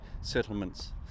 settlements